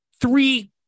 three